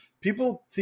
people